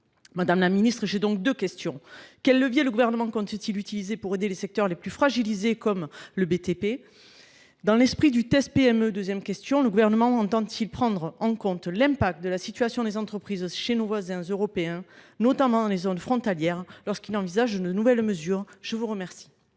Madame la Ministre, j'ai donc deux questions. Quel levier le gouvernement compte-il utiliser pour aider les secteurs les plus fragilisés comme le BTP ? Dans l'esprit du test PME deuxième question, le gouvernement entend-il prendre en compte l'impact de la situation des entreprises chez nos voisins européens, notamment dans les zones frontalières lorsqu'il envisage de nouvelles mesures ? Je vous remercie.